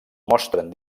mostren